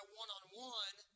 one-on-one